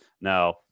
Now